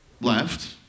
left